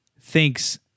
thinks